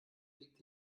liegt